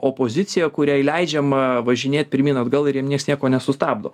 opoziciją kuriai leidžiama važinėt pirmyn atgal ir jiem nieks nieko nesustabdo